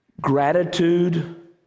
Gratitude